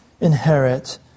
inherit